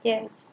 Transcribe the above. yes